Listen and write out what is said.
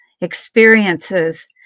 experiences